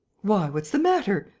why, what's the matter?